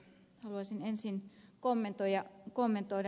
haluaisin ensin kommentoida ed